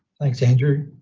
thanks andrew.